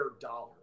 dollar